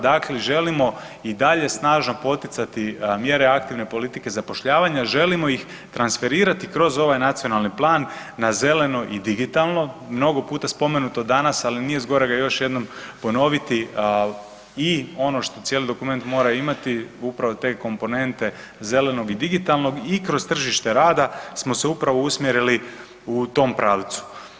Dakle, želimo i dalje snažno poticati mjere aktivne politike zapošljavanje, želimo ih transferirati kroz ovaj nacionalni plan na zeleno i digitalno, mnogo puta spomenuto danas, ali nije zgorega još jednom ponoviti i ono što cijeli dokument mora imati upravo te komponente zelenog i digitalnog i kroz tržište rada smo se upravo usmjerili u tom pravcu.